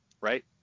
right